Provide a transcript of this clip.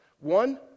One